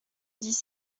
dix